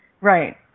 Right